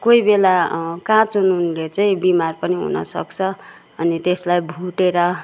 कोही बेला काँचो नुनले चाहिँ बिमार पनि हुन सक्छ अनि त्यसलाई भुटेर